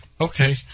Okay